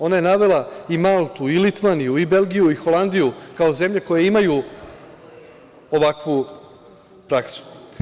Ona je navela i Maltu, Litvaniju, Belgiju, Holandiju kao zemlje koje imaju ovakvu praksu.